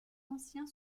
ancien